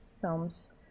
films